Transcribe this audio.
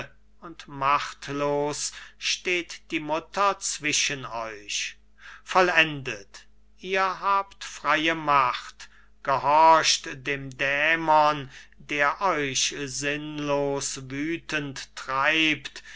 und machtlos steht die mutter zwischen euch vollendet ihr habt freie macht gehorcht dem dämon der euch sinnlos wüthend treibt